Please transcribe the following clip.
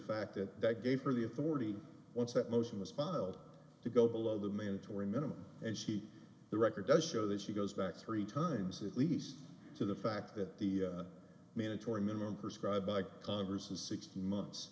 fact that that gave her the authority once that motion was filed to go below the mandatory minimum and she the record does show that she goes back three times at least to the fact that the mandatory minimum prescribed by congress is six months